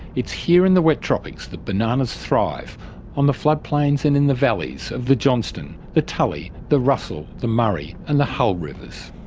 it's here in the wet tropics that bananas thrive on the floodplains and in the valleys of the johnstone, the tully, the russell, the murray and the hull rivers.